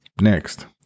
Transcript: Next